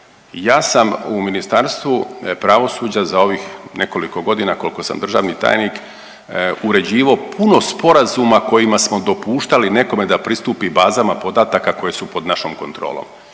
ja sam u Ministarstvu pravosuđa za ovih nekoliko godina koliko sam državni tajnik uređivao puno sporazuma kojima smo dopuštali nekome da pristupi bazama podataka koje su pod našom kontrolom.